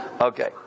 Okay